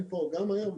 גם היום,